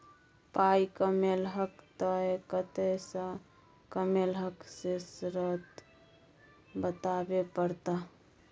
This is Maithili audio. पाइ कमेलहक तए कतय सँ कमेलहक से स्रोत बताबै परतह